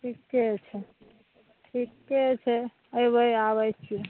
ठीके छै ठीके छै ऐबे आबै छियै